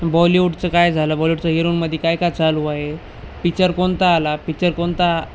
बॉलीवूडचं काय झालं बॉलीवूडचं हिरोनमध्ये काय काय चालू आ आहे पिकच्चर कोणता आला पिचर कोणता